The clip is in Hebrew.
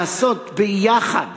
לעשות ביחד,